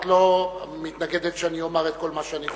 לא מתנגדת לכך שאני אומר את כל מה שאני חושב.